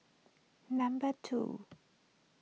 number two